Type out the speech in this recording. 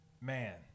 Man